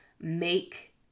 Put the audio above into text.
make